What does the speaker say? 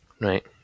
Right